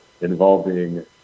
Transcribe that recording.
involving